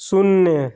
शून्य